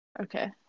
Okay